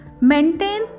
maintain